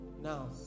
now